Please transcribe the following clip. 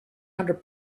hundred